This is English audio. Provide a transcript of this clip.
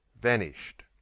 vanished